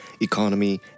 Economy